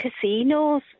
casinos